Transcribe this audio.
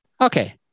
Okay